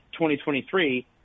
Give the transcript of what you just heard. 2023